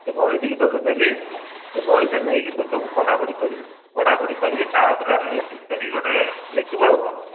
ସେ ବହିଟିକୁ ତୋତେ ଦେବି ସେ ବହିଟା ନେଇକି ତୁ ତାକୁ ପଢା ପଢି କରିବୁ ପଢା ପଢି କରିକି ତାହା ଉପରେ ଆନାଲିସିସ୍ କରିକି ଗୋଟେ ଲେଖିବୁ ଆଉ କ'ଣ